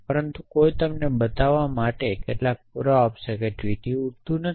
પરંતુ કોઈ તમને બતાવવા માટે કેટલાક પુરાવા આપશે કે ટ્વિટી ઉડતું નથી